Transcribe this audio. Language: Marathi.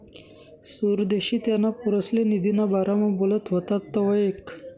सुदेशनी त्याना पोरसले निधीना बारामा बोलत व्हतात तवंय ऐकं